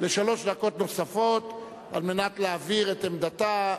לשלוש דקות נוספות, כדי להבהיר את עמדתה.